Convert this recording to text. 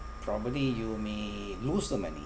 probably you may lose the money